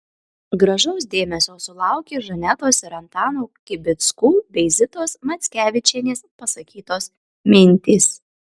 gražaus dėmesio sulaukė žanetos ir antano kibickų bei zitos mackevičienės pasakytos mintys